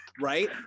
right